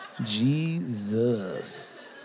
Jesus